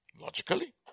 Logically